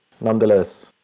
nonetheless